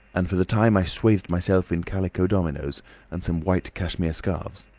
and for the time i swathed myself in calico dominoes and some white cashmere scarfs.